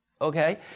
okay